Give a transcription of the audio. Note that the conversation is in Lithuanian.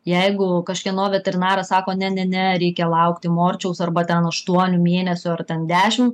jeigu kažkieno veterinaras sako ne ne ne reikia laukti morčiaus arba ten aštuonių mėnesių ar ten dešim